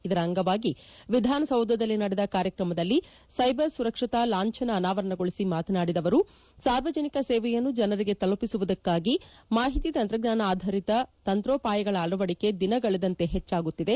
ಇದರ ಅಂಗವಾಗಿ ವಿಧಾನಸೌಧದಲ್ಲಿ ನಡೆದ ಕಾರ್ಯಕ್ರಮದಲ್ಲಿ ಸೈಬರ್ ಸುರಕ್ಷತಾ ಲಾಂಭನ ಅನಾವರಣಗೊಳಿಸಿ ಮಾತನಾಡಿದ ಅವರು ಸಾರ್ವಜನಿಕ ಸೇವೆಯನ್ನು ಜನರಿಗೆ ತಲುಪಿಸುವುದಕ್ಕಾಗಿ ಮಾಹಿತಿ ತಂತ್ರಜ್ಞಾನ ಅಧರಿತ ತಂತ್ರೋಪಾಯಗಳ ಅಳವಡಿಕೆ ದಿನಗಳೆದಂತೆ ಹೆಚ್ಚಾಗುತ್ತಿದೆ